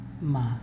ma